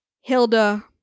Hilda